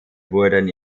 wurden